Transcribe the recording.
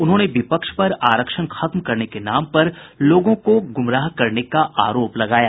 उन्होंने विपक्ष पर आरक्षण खत्म करने के नाम पर लोगों को गुमराह करने का आरोप लगाया